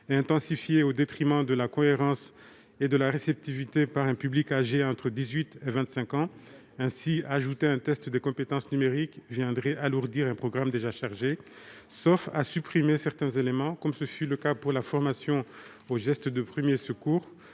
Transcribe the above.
et densifié au détriment de sa cohérence et de sa réceptivité par un public d'âge compris entre 18 ans et 25 ans. Ajouter un test de compétences numériques viendrait alourdir un programme déjà chargé, sauf à supprimer certains éléments, comme ce fut le cas pour la formation aux gestes de premier secours.